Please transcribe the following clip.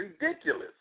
ridiculous